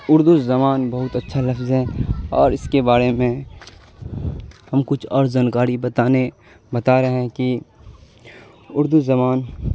اردو زبان بہت اچھا لفظ ہے اور اس کے بارے میں ہم کچھ اور جانکاری بتانے بتا رہے ہیں کہ اردو زبان